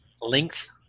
length